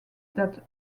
that